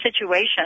situation